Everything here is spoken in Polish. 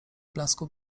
blasku